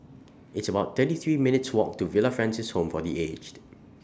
It's about thirty three minutes Walk to Villa Francis Home For The Aged